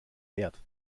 wert